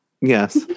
Yes